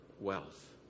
wealth